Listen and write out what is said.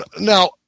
Now